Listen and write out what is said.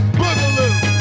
boogaloo